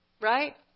Right